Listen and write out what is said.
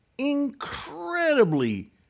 incredibly